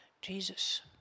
Jesus